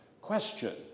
question